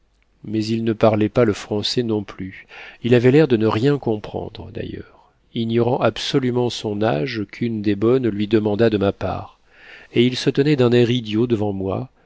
mais il ne parlait pas le français non plus il avait l'air de ne rien comprendre d'ailleurs ignorant absolument son âge qu'une des bonnes lui demanda de ma part et il se tenait d'un air idiot devant moi